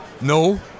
No